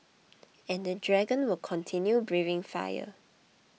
and the dragon will continue breathing fire